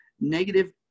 negative